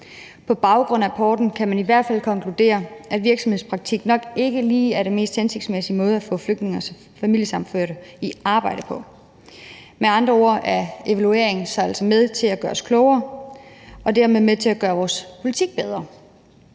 På baggrund af rapporten kan man i hvert fald konkludere, at virksomhedspraktik nok ikke lige er den mest hensigtsmæssige måde at få flygtninge og familiesammenførte i arbejde på. Med andre ord er en evaluering altså med til at gøre os klogere og dermed med til at gøre vores politik bedre,